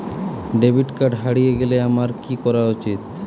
Debit card হারিয়ে গেলে আমার কি করা উচিৎ?